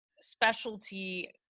specialty